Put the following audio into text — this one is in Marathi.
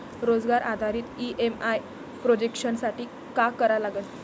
रोजगार आधारित ई.एम.आय प्रोजेक्शन साठी का करा लागन?